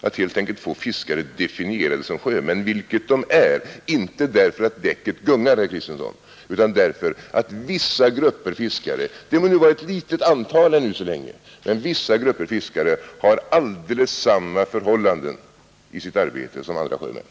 Det är helt enkelt att få fiskare definierade som sjömän, vilket de är, inte därför att däcket gungar, herr Kristenson, utan därför att vissa grupper fiskare — det må nu vara ett litet antal än så länge — har alldeles samma förhållanden i sitt arbete som andra sjömän.